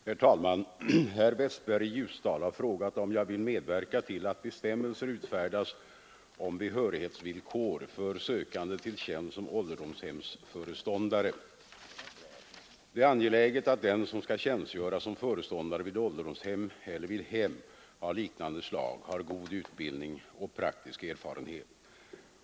Herr talman! Herr Westberg i Ljusdal har frågat om jag vill medverka till att bestämmelser utfärdas om behörighetsvillkor för sökande till tjänst som ålderdomshemsförståndare. Det är angeläget att den som skall tjänstgöra som föreståndare vid ålderdomshem eller vid hem av liknande slag har god utbildning och praktisk erfarenhet.